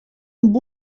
amb